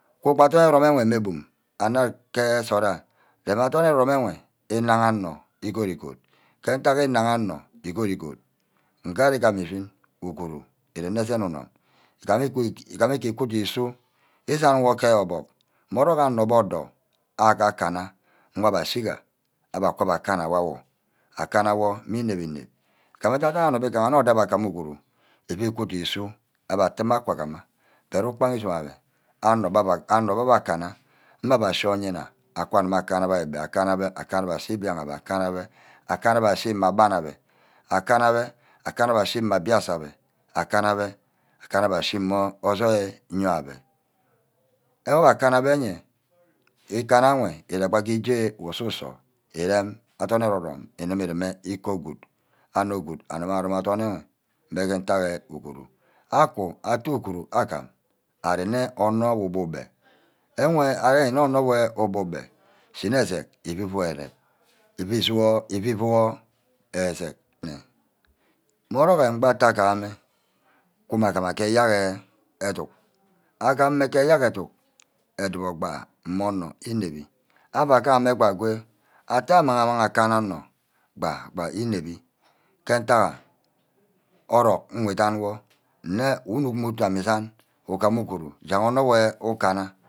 Kuba adorn ere-rome mme bum anard ke nsort aha rem adorn ere-rome nwe inagha onor ígod-ígod ke ntack ínagha onor ígod-ígod nge ari gama îshí uguru erene esen unum ígama aku usu. iŝan wey ke obuck mme rockho anep odor agakana. ngaha abbe ashiga abbe kabba kane awor. akana wor înep-înep īgana anor kana agbe atte mme akaguma bet ukpagha isome ammeh anor wor abbe akanna. mmebe ashi oyina aku-abe akana beh. akanna-be ashi mbiagha-beh. akana beh. akana-beh mma bana abe. akana beh akana ashi mme mbaise abbe. akana be akana beh ashi mme ojoí ení abbe. ke wor abbe kaname íyea. íkanna ewe íre-gbe ke íj́e osu-su írem adorn erome-rome îreme ke iku good. anor good akiba arome adorn enwe ímeghe ntagha uguru. aku atteh uguru agam arear nne onor wor ubu-beh. enwe arear nne onor wor ubu-beh shine eserk ífu wor ere-rem. ífí-fu wor eserk mmoroho egbi ntaguma-mme. wuneˈmme aguma ke eyerk educk. agame ke eyerk educk edup gba mme onor ínep-bí. ava gba ínep-bi ke ntack ha orock ngu dan wor nne ínuck mme utu ame esan ugm uguru jag onor wey ukana